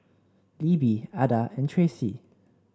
Libby Adda and Tracey